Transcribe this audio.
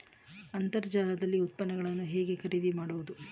ಅಂತರ್ಜಾಲದಲ್ಲಿ ಉತ್ಪನ್ನಗಳನ್ನು ಹೇಗೆ ಖರೀದಿ ಮಾಡುವುದು?